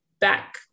back